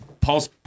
paul's